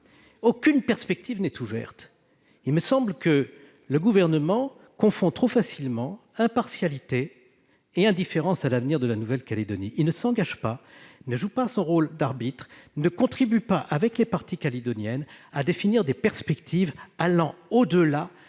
aucune perspective n'est ouverte. Il me semble que le Gouvernement confond trop facilement impartialité et indifférence à l'avenir de ce territoire. Il ne s'engage pas. Il ne joue pas son rôle d'arbitre, ne contribue pas, avec les parties calédoniennes, à définir des perspectives allant au-delà